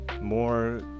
more